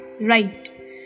right